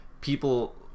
people